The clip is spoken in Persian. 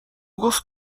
گفت